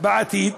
בעתיד